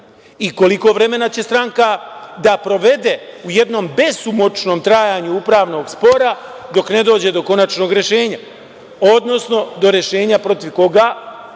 i koliko vremena će stranka da provede u jednom besomučnom trajanju upravnog spora dok ne dođe do konačnog rešenja, odnosno do rešenja protiv koga